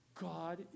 God